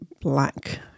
black